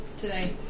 Today